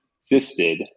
existed